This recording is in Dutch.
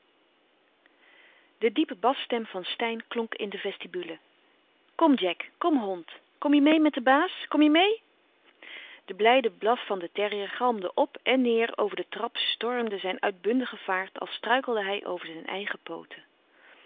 de diepe basstem van steyn klonk in de vestibule kom jack kom hond kom je meê met den baas kom je meê de blijde blaf van den terrier galmde op en néêr over de trap stormde zijn uitbundige vaart als struikelde hij over zijn eigen pooten